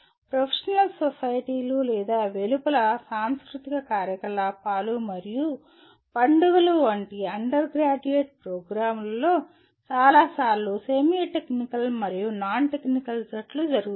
professional సొసైటీలు లేదా వెలుపల సాంస్కృతిక కార్యకలాపాలు మరియు పండుగలు వంటి అండర్గ్రాడ్యుయేట్ ప్రోగ్రామ్లో చాలాసార్లు సెమీ టెక్నికల్ మరియు నాన్ టెక్నికల్ జట్లు జరుగుతాయి